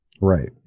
Right